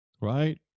Right